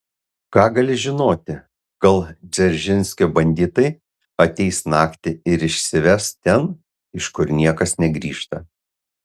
ką gali žinoti gal dzeržinskio banditai ateis naktį ir išsives ten iš kur niekas negrįžta